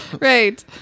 Right